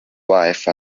wife